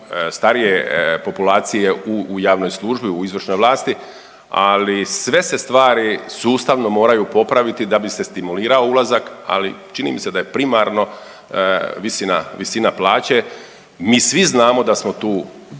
starije populacije u javnoj službi, u izvršnoj vlasti. Ali sve se stvari sustavno moraju popraviti da bi se stimulirao ulazak. Ali čini mi se da je primarno visina plaće. Mi svi znamo da smo tu